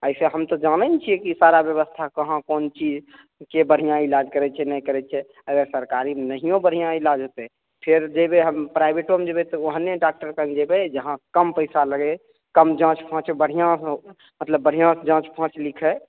ऐसे हम तऽ जानै ने छियै सारा व्यवस्था कहाॅं कोन चीजके बढ़िआँ इलाज करै छै नहि करै छै अगर सरकारीमे नहियो बढ़िआँ इलाज होतै फेर जयबै प्राइबेटोमे हम जइबै तऽ ओहने डाक्टर कन जेबै जहाँ कम पैसा लगै जहाँ कम जाँच फाँच बढ़िआँ हो मतलब बढ़िआँ से जाँच फाँच लिखए